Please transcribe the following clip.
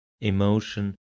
Emotion